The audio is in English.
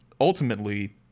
ultimately